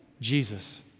Jesus